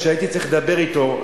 כשהייתי צריך לדבר אתו,